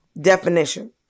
definition